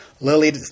Lily